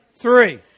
three